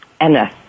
Anna